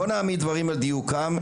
בוא נעמיד דברים על דיוקם.